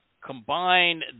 combine